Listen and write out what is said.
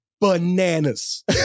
bananas